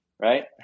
Right